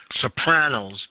sopranos